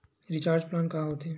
Recharge plan का होथे?